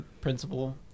principal